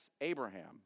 Abraham